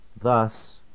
Thus